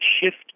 shift